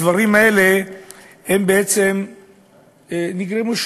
הדברים האלה בעצם נגרמו,